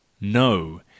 no